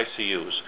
ICUs